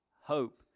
hope